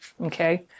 Okay